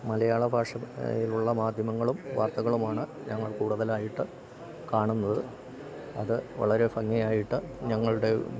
മലയാള ഭാഷ യിലുള്ള മാധ്യമങ്ങളും വാർത്തകളുമാണ് ഞങ്ങൾ കൂടുതലായിട്ട് കാണുന്നത് അത് വളരെ ഭംഗിയായിട്ട് ഞങ്ങളുടെ